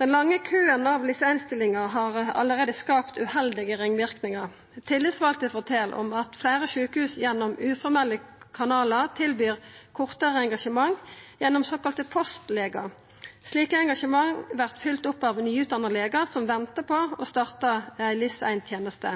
Den lange køen av LIS1-stillingar har allereie skapt uheldige ringverknader. Tillitsvalde fortel om at fleire sjukehus gjennom uformelle kanalar tilbyr kortare engasjement gjennom såkalla postlegestillingar. Slike engasjement vert fylte opp av nyutdanna legar som ventar på å starta ei LIS1-teneste.